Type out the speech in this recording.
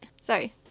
sorry